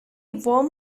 warm